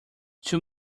two